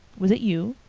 was it you?